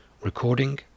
Recording